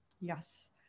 Yes